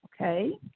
okay